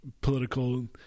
political